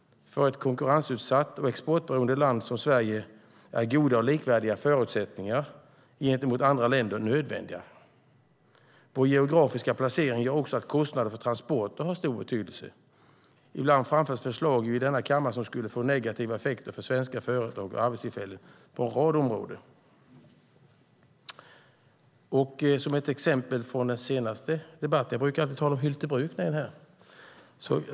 För ett konkurrensutsatt och exportberoende land som Sverige är goda och likvärdiga förutsättningar gentemot andra länder nödvändiga. Vår geografiska placering gör att även kostnaderna för transporter har stor betydelse. Ibland framförs förslag i denna kammare som skulle få negativa effekter för svenska företag och arbetstillfällen på en rad områden. Jag brukar alltid tala om Hyltebruk när jag står i talarstolen.